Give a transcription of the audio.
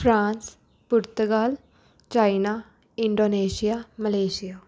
France Portugal China Indonesia Malaysia